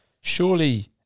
Surely